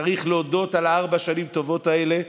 צריך להודות על ארבע השנים הטובות האלה,